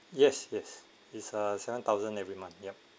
yes yes is ah seven thousand every month yup